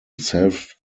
self